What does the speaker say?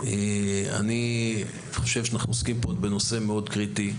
אני חושב שאנחנו עוסקים פה בנושא קריטי מאוד.